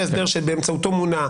זה שזה מועיל על מה שיש אחרי,